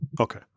Okay